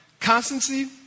Constancy